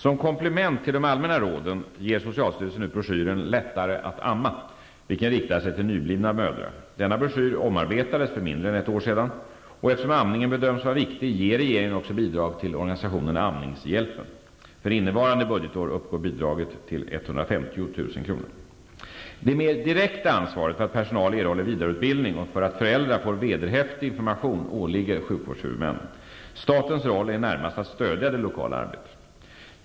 Som komplement till de allmänna råden ger socialstyrelsen ut broschyren ''Lättare att amma'', vilken riktar sig till nyblivna mödrar. Denna broschyr omarbetades för mindre än ett år sedan. Eftersom amningen bedöms vara viktig ger regeringen också bidrag till organisationen Det mer direkta ansvaret för att personal erhåller vidareutbildning och för att föräldrar får vederhäftig information åligger sjukvårdshuvudmännen. Statens roll är närmast att stödja det lokala arbetet.